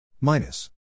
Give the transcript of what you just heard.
minus